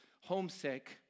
homesick